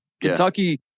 Kentucky